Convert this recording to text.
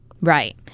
Right